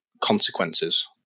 consequences